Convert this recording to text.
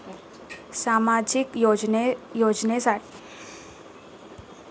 सामाजिक योजनेसाठी मी केलेल्या अर्जाची स्थिती जाणून घेण्यासाठी काय करावे?